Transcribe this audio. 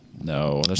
No